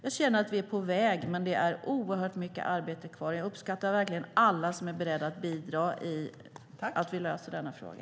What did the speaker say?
Jag känner att vi är på väg, men det är oerhört mycket arbete kvar. Jag uppskattar verkligen alla som är beredda att bidra till att vi löser denna fråga.